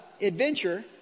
adventure